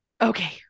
Okay